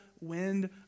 wind